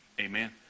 Amen